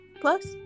plus